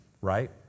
Right